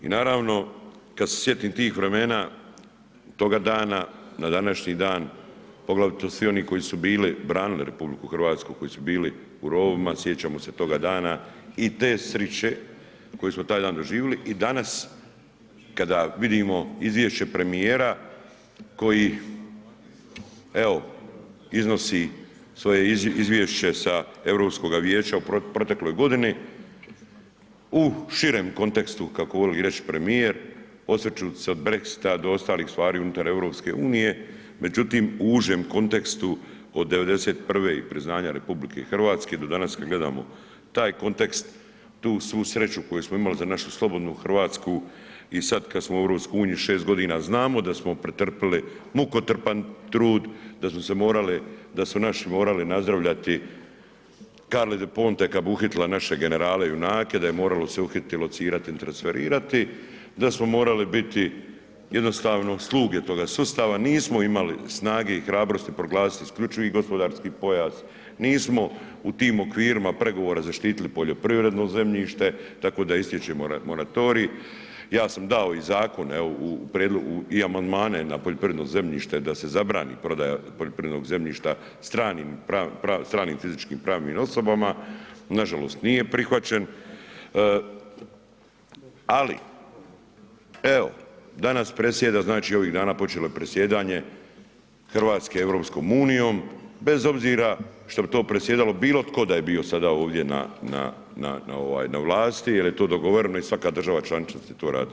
I naravno, kad se sjetim tih vremena, toga dana na današnji dan, poglavito svi oni koji su bili branili RH, koji su bili u rovovima, sjećamo se toga dana i te sriće koju smo tadan doživili i danas kada vidimo izvješće premijera koji evo iznosi svoje izvješće sa Europskoga Vijeća u protekloj godini u širem kontekstu kako voli reć premijer osvrćući se od brexita do ostalih stvari unutar EU, međutim u užem kontekstu od '91. i priznanja RH do danas kad gledamo taj kontekst, tu svu sreću koju smo imali za svoju za našu slobodnu RH i sad kad smo u EU 6.g. znamo da smo pretrpili mukotrpan trud, da smo se morali, da su naši morali nazdravljati Carli Del Ponte kad bi uhitila naše generale junake, da je moralo se uhititi, locirati i transferirati, da smo morali biti jednostavno sluge toga sustava, nismo imali snage i hrabrosti proglasiti IGP, nismo u tim okvirima pregovora zaštitili poljoprivredno zemljište tako da istječe monatorij, ja sam dao i zakon evo u prijedlogu i amandmane na poljoprivredno zemljište da se zabrani prodaja poljoprivrednog zemljišta stranim, stranim fizičkim i pravnim osobama, nažalost nije prihvaćen, ali evo danas predsjeda, znači ovih dana počelo je predsjedanje RH EU bez obzira što bi to predsjedalo bilo tko da je bio sada ovdje na, na, na, na ovaj, na vlasti jer je to dogovoreno i svaka država članica će to radit.